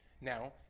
now